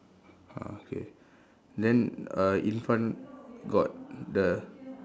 ah K then err in front got the